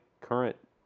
current